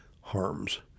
harms